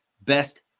best